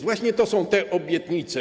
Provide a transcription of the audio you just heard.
Właśnie to są te obietnice.